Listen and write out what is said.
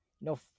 No